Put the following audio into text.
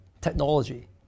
technology